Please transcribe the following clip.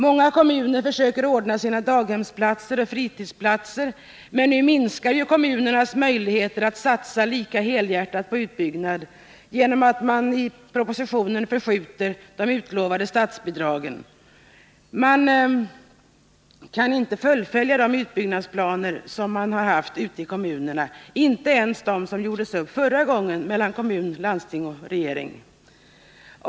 Många kommuner försöker ordna daghemsoch fritidshemsplatser, men nu minskar kommunernas möjligheter att helhjärtat satsa på utbyggnad av barnomsorgen, när man genom förslag i propositionen skjuter upp de utlovade statsbidragen. Kommunerna kan inte fullfölja sina utbyggnadsplaner, inte ens dem som gjordes upp förra gången mellan kommuner, landsting och regering.